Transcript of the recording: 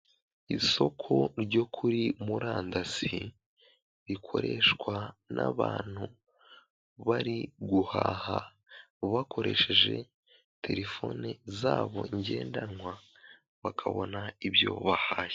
Isoko ryo kuri murandasi rikoreshwa n'abantu bari guhaha bakoresheje telefone zabo ngendanwa bakabona ibyo bahashye.